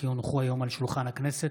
כי הונחו היום על שולחן הכנסת,